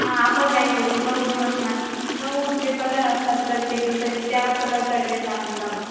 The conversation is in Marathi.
हां आपण काय करू नऊ दिवस ना नऊ जे कलर असतात प्रत्येक दिवसाचे त्या कलरचा ड्रेस आपण घालू